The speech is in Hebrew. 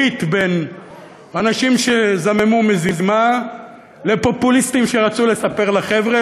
ברית בין אנשים שזממו מזימה לפופוליסטים שרצו לספר לחבר'ה,